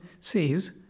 says